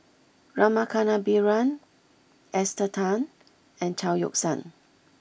Rama Kannabiran Esther Tan and Chao Yoke San